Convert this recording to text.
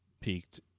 peaked